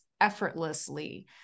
effortlessly